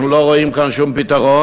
אנחנו לא רואים כאן שום פתרון,